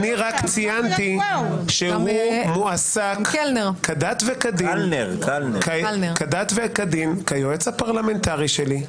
רק ציינתי שהוא מועסק כדת וכדין כיועץ הפרלמנטרי שלי,